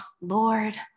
Lord